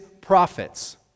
prophets